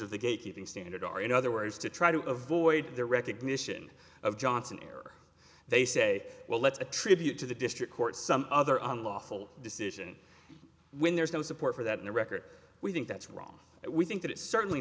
of the gatekeeping standard are in other words to try to avoid the recognition of johnson error they say well let's attribute to the district court some other unlawful decision when there's no support for that in the record we think that's wrong we think that it's certainly